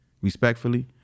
respectfully